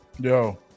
Yo